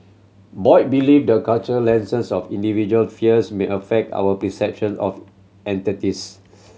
boy believe the cultural lenses of individual fears may affect our perception of entities